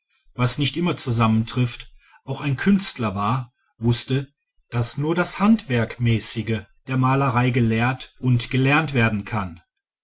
was nicht immer zusammentrifft auch ein künstler war wußte daß nur das handwerkmäßige der malerei gelehrt und gelernt werden kann